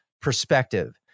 perspective